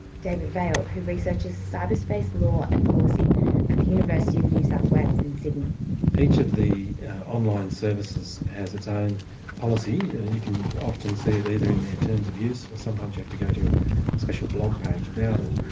david vaile, who researches cyberspace law and policy at the university of new south wales in sydney david vaile each of the online services has its own policy. you can often see it either in their terms of use or sometimes you have to go to a special blog page about it.